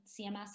CMS